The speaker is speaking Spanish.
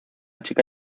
chica